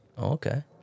okay